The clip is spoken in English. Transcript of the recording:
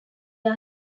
are